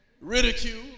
ridicule